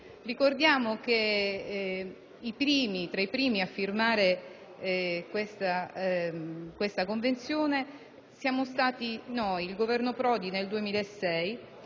Ricordiamo che tra i primi a firmare questa Convenzione siamo stati noi, il Governo Prodi nel 2006,